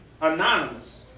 anonymous